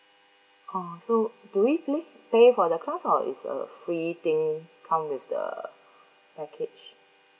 uh so do we pay pay for the class or it's a free thing come with the package